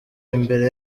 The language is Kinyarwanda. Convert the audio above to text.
imbere